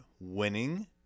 winning